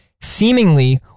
Seemingly